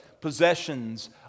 possessions